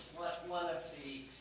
one of the